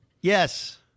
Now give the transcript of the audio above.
Yes